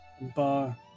Bar